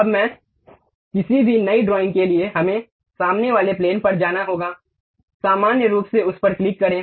अब किसी भी नई ड्राइंग के लिए हमें सामने वाले प्लेन पर जाना होगा सामान्य रूप से उस पर क्लिक करें